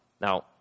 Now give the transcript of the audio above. Now